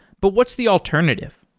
but what's the alternative?